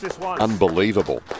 unbelievable